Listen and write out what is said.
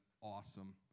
awesome